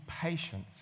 patience